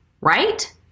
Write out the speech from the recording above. right